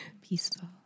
Peaceful